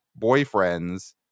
boyfriends